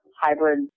hybrid